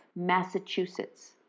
Massachusetts